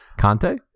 Conte